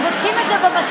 הם בודקים את זה במצלמה,